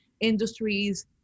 industries